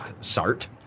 Sart